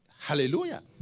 Hallelujah